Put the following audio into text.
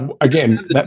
again